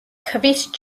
ქვის